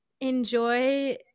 enjoy